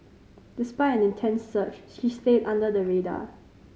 despite an intense search she stayed under the radar